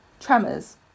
tremors